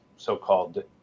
so-called